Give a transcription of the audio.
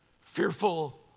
fearful